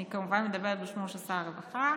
אני כמובן מדברת בשמו של שר הרווחה,